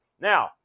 Now